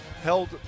held